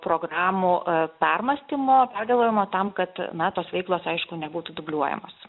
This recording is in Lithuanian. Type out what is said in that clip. programų permąstymo pergalvojimo tam kad na tos veiklos aišku nebūtų dubliuojamos